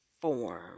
form